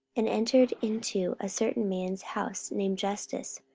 and entered into a certain man's house, named justus,